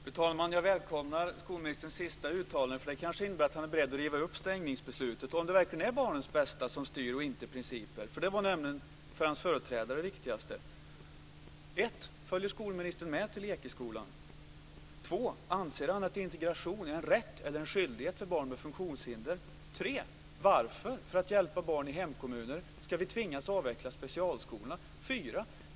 Fru talman! Jag välkomnar skolministerns sista uttalande. Det kanske innebär att han är beredd att riva upp stängningsbeslutet, om det verkligen är barnets bästa som styr och inte principer. Det var nämligen det viktigaste för hans företrädare. 2. Anser han att integration är en rätt eller en skyldighet för barn med funktionshinder? 3. Varför ska vi, för att hjälpa barn i hemkommuner, tvingas avveckla specialskolorna? 4.